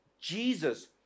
Jesus